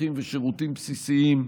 מצרכים ושירותים בסיסיים,